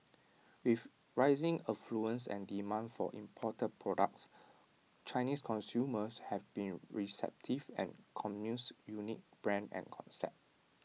with rising affluence and demand for imported products Chinese consumers have been receptive to Commune's unique brand and concept